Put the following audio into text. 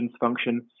function